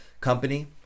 company